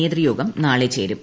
നേതൃയോഗം നാളെ ചേരും